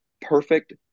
perfect